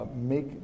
Make